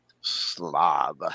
Slob